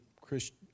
Christian